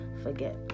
forget